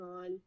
on